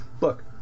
look